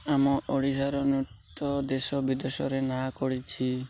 ଆମ ଓଡ଼ିଶାର ନୃତ୍ୟ ଦେଶ ବିଦେଶରେ ନାଁ କରିଛି